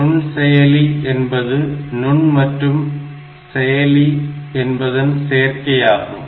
நுண்செயலி என்பது நுண் மற்றும் செயலி என்பதன் சேர்க்கை ஆகும்